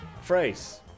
Phrase